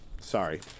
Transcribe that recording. Sorry